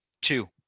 two